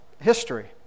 history